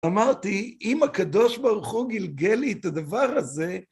אמרתי, אם הקדוש ברוך הוא גלגל לי את הדבר הזה,